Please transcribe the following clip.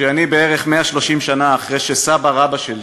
שאני בערך 130 שנה אחרי שסבא רבא שלי